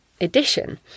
edition